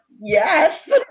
yes